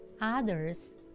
others